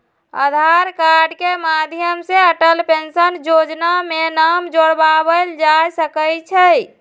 आधार card के माध्यम से अटल पेंशन जोजना में नाम जोरबायल जा सकइ छै